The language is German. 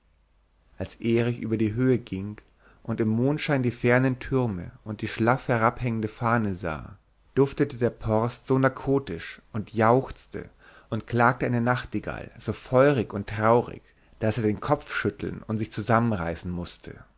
als erich über die höhe ging und im mondschein die fernen türme und die schlaff herabhängende fahne sah duftete der porst so narkotisch und jauchzte und klagte eine nachtigall so feurig und traurig daß er den kopf schütteln und sich zusammenreißen mußte